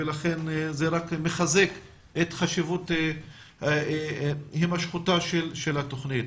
ולכן זה רק מחזק את חשיבות הימשכותה של התוכנית.